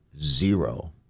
zero